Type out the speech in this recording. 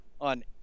on